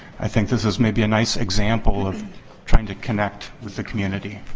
i think this is maybe a nice example of trying to connect with the community.